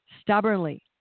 stubbornly